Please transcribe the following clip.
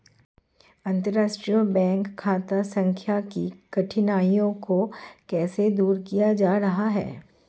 अंतर्राष्ट्रीय बैंक खाता संख्या की कठिनाइयों को कैसे दूर किया जा रहा है?